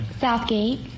Southgate